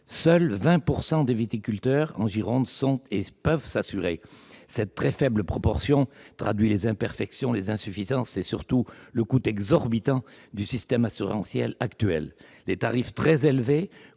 seuls 20 % des viticulteurs sont assurés et peuvent le faire : cette très faible proportion traduit les imperfections, les insuffisances et, surtout, le coût exorbitant du système assurantiel actuel. Les tarifs très élevés,